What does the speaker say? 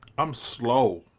i'm slow.